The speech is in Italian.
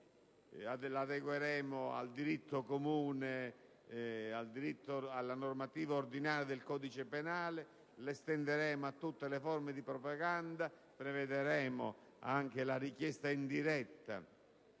adegueremo al diritto comune, alla normativa ordinaria del codice penale, lo estenderemo a tutte le forme di propaganda, prevedremo anche la richiesta indiretta